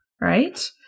right